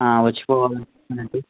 వచ్చి పోవడానికి అన్నట్టు